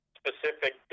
specific